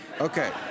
Okay